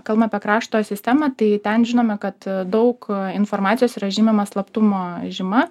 kalbam apie krašto sistemą tai ten žinome kad daug informacijos yra žymima slaptumo žyma